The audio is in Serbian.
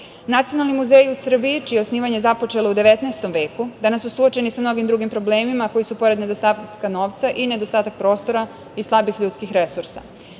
zajednicu. Nacionalni muzeji u Srbiji, čije je osnivanje započelo u 19. veku, danas su suočeni sa mnogim drugim problemima koji su, pored nedostatka novca, i nedostatak prostora i slabih ljudskih resursa. Takođe,